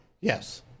Yes